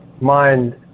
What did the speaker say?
mind